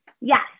Yes